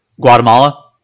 Guatemala